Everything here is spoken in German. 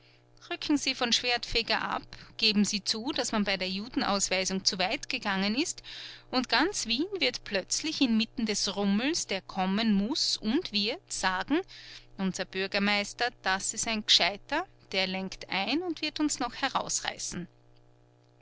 rücken sie von schwertfeger ab geben sie zu daß man bei der judenausweisung zu weit gegangen ist und ganz wien wird plötzlich inmitten des rummels der kommen muß und wird sagen unser bürgermeister das ist ein gescheiter der lenkt ein und wird uns noch herausreißen